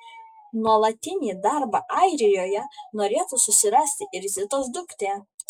nuolatinį darbą airijoje norėtų susirasti ir zitos duktė